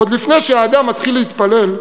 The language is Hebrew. עוד לפני שהאדם מתחיל להתפלל,